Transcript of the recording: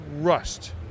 rust